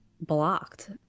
blocked